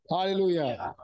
Hallelujah